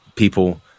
People